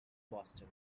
boston